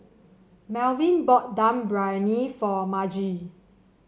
Malvin bought Dum Briyani for Margie